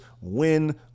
win